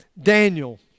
Daniel